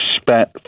spent